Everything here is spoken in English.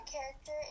character